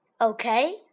Okay